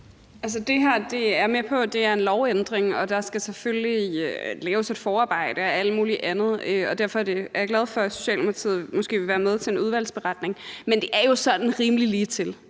Jeg er med på, at det her er en lovændring, og at der selvfølgelig skal laves et forarbejde og alt muligt andet, og derfor er jeg glad for, at Socialdemokratiet måske vil være med til en udvalgsberetning. Men det er jo sådan rimelig ligetil.